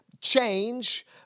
change